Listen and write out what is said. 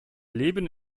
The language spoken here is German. leben